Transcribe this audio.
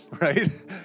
Right